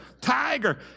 Tiger